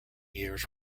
years